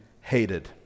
hated